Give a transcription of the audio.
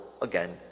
again